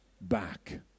back